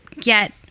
get